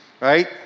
Right